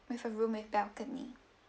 with a room with balcony